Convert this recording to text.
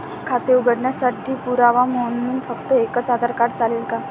खाते उघडण्यासाठी पुरावा म्हणून फक्त एकच आधार कार्ड चालेल का?